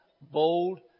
bold